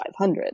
500